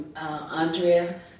Andrea